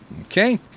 Okay